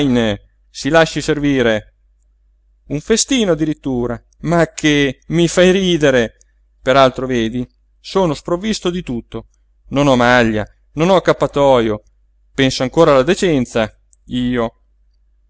si lasci servire un festino addirittura ma che i fai ridere per altro vedi sono sprovvisto di tutto non ho maglia non ho accappatojo penso ancora alla decenza io